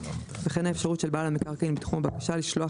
וכן האפשרות של בעל המקרקעין בתחום הבקשה לשלוח